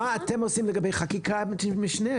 מה אתם עושים לגבי חקיקת משנה,